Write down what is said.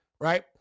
right